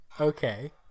okay